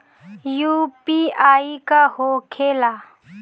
UPI का होखेला?